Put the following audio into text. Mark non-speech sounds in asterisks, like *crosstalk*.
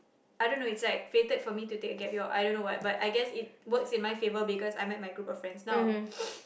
I don't know it's like fated for me to take a gap year or I don't know what but I guess it works in my favor because I met my group of friends now *noise*